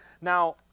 Now